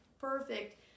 perfect